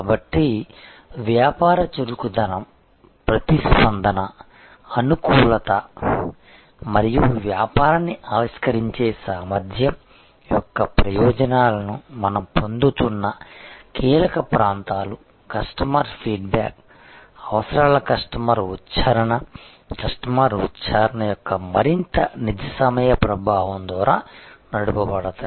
కాబట్టి వ్యాపార చురుకుదనం ప్రతిస్పందన అనుకూలత మరియు వ్యాపారాన్ని ఆవిష్కరించే సామర్థ్యం యొక్క ప్రయోజనాలను మనం పొందుతున్న కీలక ప్రాంతాలు కస్టమర్ ఫీడ్బ్యాక్ అవసరాల కస్టమర్ ఉచ్చారణ కస్టమర్ ఉచ్చారణ యొక్క మరింత నిజ సమయ ప్రభావం ద్వారా నడపబడతాయి